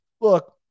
look